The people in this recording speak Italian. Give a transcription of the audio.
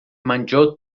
mangiò